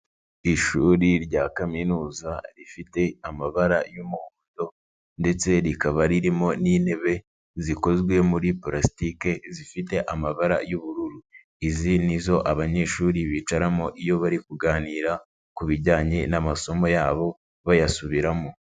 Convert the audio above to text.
Ishuri rya kaminuza rifite amabara y'umuhondo ndetse rikaba ririmo n'intebe zikozwe muri purasitike zifite amabara y'ubururu. Izi nizo abanyeshuri bicaramo iyo bari kuganira ku bijyanye n'amasomo yabo bayasubiramo.